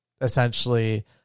essentially